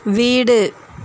வீடு